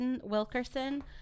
wilkerson